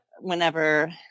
whenever